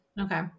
Okay